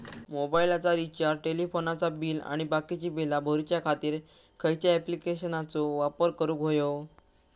मोबाईलाचा रिचार्ज टेलिफोनाचा बिल आणि बाकीची बिला भरूच्या खातीर खयच्या ॲप्लिकेशनाचो वापर करूक होयो?